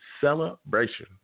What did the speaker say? celebration